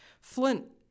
Flint